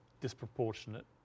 disproportionate